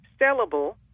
sellable